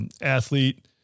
Athlete